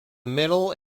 middle